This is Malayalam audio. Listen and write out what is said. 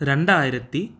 രണ്ടായിരത്തി